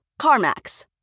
CarMax